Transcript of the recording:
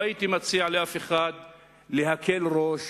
לא הייתי מציע לאף אחד להקל ראש